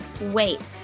wait